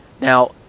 Now